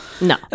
No